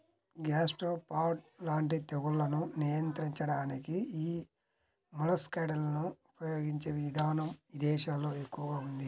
gastropod లాంటి తెగుళ్లను నియంత్రించడానికి యీ మొలస్సైడ్లను ఉపయిగించే ఇదానం ఇదేశాల్లో ఎక్కువగా ఉంది